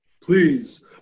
Please